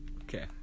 Okay